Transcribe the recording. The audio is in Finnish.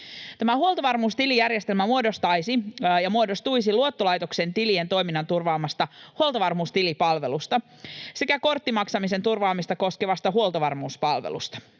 huoltovarmuustilijärjestelmä muodostuisi luottolaitoksen tilien toiminnan turvaavasta huoltovarmuustilipalvelusta sekä korttimaksamisen turvaamista koskevasta huoltovarmuuspalvelusta.